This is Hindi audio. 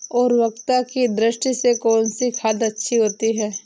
उर्वरकता की दृष्टि से कौनसी खाद अच्छी होती है?